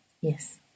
Yes